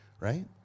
right